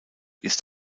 ist